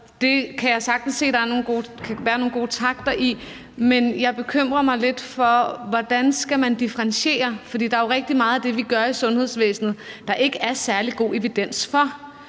Det kan jeg sagtens se der kan være nogle gode takter i, men jeg er lidt bekymret, i forhold til hvordan man skal differentiere. For der er jo rigtig meget af det, vi gør i sundhedsvæsenet, der ikke er særlig god evidens for.